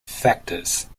factors